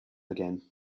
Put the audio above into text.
again